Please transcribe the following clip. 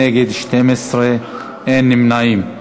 נגד, 12, אין נמנעים.